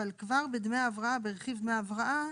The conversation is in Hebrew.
אבל כבר בדמי ההבראה ברכיב דמי ההבראה,